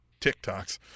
TikToks